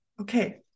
Okay